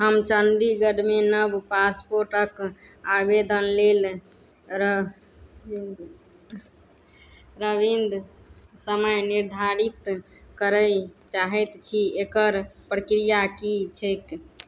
हम चण्डीगढ़मे नव पासपोर्टक आवेदन लेल नविन समय निर्धारित करय चाहैत छी एकर प्रक्रिया कि छैक